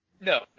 No